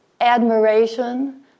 admiration